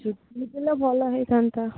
ଛୁଟି ଦେଇଥିଲେ ଭଲ ହେଇଥାନ୍ତା